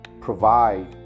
provide